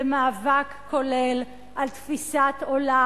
זה מאבק כולל על תפיסת עולם,